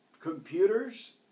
computers